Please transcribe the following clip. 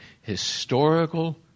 historical